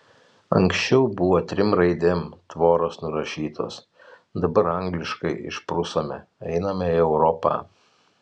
anksčiau buvo trim raidėm tvoros nurašytos dabar angliškai išprusome einame į europą